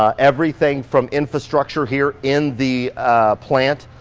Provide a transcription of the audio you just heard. ah everything from infrastructure here in the plant.